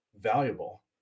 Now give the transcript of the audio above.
valuable